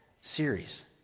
series